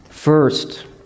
First